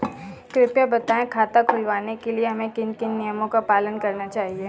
कृपया बताएँ खाता खुलवाने के लिए हमें किन किन नियमों का पालन करना चाहिए?